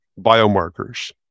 biomarkers